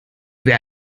wer